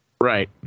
Right